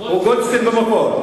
הוא גולדשטיין במקור.